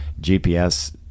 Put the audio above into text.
GPS